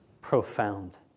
profound